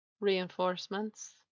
reinforcements